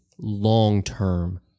long-term